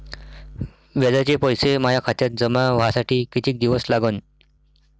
व्याजाचे पैसे माया खात्यात जमा व्हासाठी कितीक दिवस लागन?